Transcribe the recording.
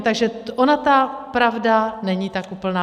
Takže ona ta pravda není tak úplná.